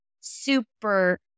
super